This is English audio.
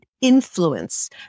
influence